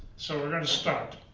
so we're going to start.